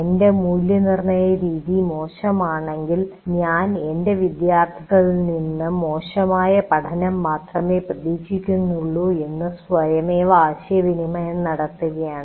എൻറെ മൂല്യനിർണയ രീതി മോശമാണെങ്കിൽ ഞാൻ എൻറെ വിദ്യാർത്ഥികളിൽ നിന്നും മോശമായ പഠനം മാത്രമേ പ്രതീക്ഷിക്കുന്നുള്ളൂ എന്ന് സ്വയമേവ ആശയവിനിമയം നടത്തുകയാണ്